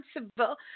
responsible